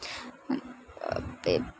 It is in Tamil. பேப்